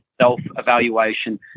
self-evaluation